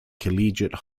collegiate